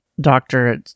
Doctor